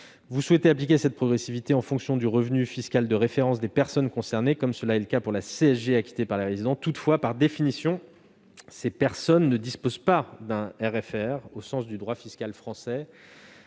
Vous souhaitez appliquer cette progressivité en fonction du revenu fiscal de référence des personnes concernées, comme cela est le cas pour la CSG acquittée par les résidents. Toutefois, par définition, ces personnes ne disposent pas d'un revenu fiscal de